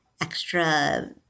extra